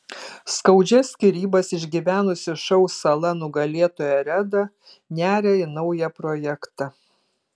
skaudžias skyrybas išgyvenusi šou sala nugalėtoja reda neria į naują projektą